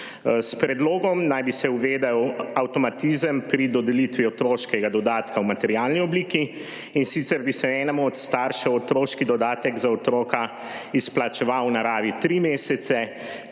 S predlogom naj bi se uvedel avtomatizem pri dodelitvi otroškega dodatka v materialni obliki in sicer, bi se enemu od staršev otroški dodatek za otroka izplačeval v naravi tri mesece,